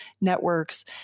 networks